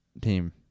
team